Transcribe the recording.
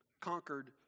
conquered